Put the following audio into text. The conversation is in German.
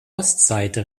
ostseite